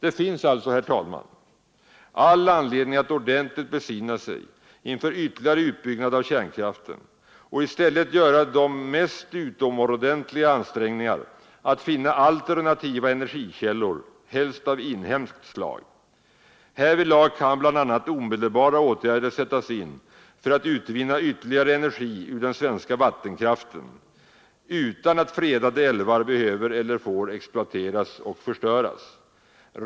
Det finns alltså, herr talman, all anledning att ordentligt besinna sig inför ytterligare utbyggnad av kärnkraften och i stället göra utomordentliga ansträngningar för att finna alternativa energikällor, helst av inhemskt slag. Härvidlag kan bl.a. omedelbara åtgärder sättas in för att utvinna ytterligare energi ur den svenska vattenkraften — utan att fredade älvar behöver eller får exploateras och förstöras.